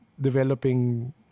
developing